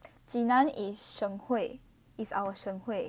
济南 is 省会 is our 省会